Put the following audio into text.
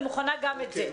אני מוכנה גם את זה.